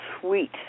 sweet